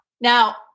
Now